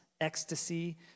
ecstasy